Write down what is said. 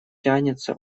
тянется